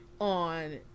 on